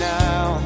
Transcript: now